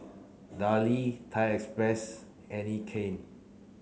Darlie Thai Express Anne Klein